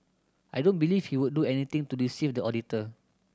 I don't believe he would do anything to deceive the auditor